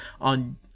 on